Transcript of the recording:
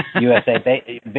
USA